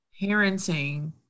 parenting